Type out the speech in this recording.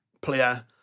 player